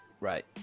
Right